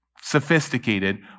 sophisticated